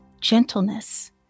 gentleness